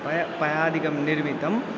पय पयादिकं निर्मितम्